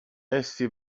essi